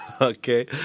Okay